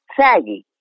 saggy